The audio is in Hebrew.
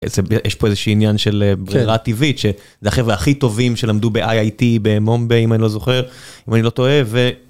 יש פה איזו שהיא עניין של ברירה טבעית שזה החברה הכי טובים שלמדו ב IIT במומבאיי אם אני לא זוכר או אם אני לא טועה.